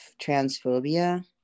transphobia